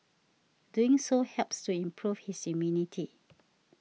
doing so helps to improve his immunity